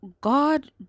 God